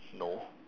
no